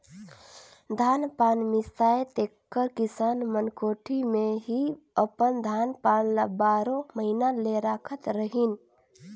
धान पान मिसाए तेकर किसान मन कोठी मे ही अपन धान पान ल बारो महिना ले राखत रहिन